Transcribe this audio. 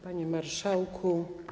Panie Marszałku!